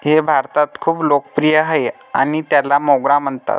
हे भारतात खूप लोकप्रिय आहे आणि त्याला मोगरा म्हणतात